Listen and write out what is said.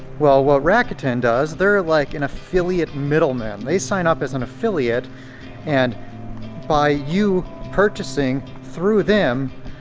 well what rakuten does, they're like an affiliate middleman. they sign up as an affiliate and by you purchasing through them,